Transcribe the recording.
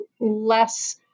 less